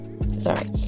sorry